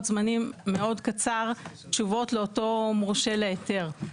זמנים מאוד קצרים תשובות לאותו מורשה להיתר.